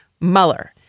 Mueller